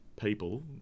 people